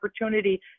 opportunity